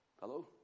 Hello